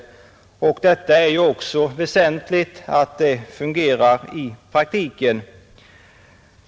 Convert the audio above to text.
Det är väsentligt att detta fungerar i praktiken.